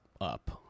up